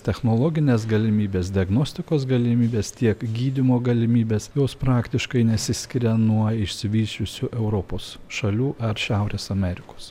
technologines galimybes diagnostikos galimybes tiek gydymo galimybes jos praktiškai nesiskiria nuo išsivysčiusių europos šalių ar šiaurės amerikos